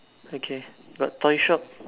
okay got toy shop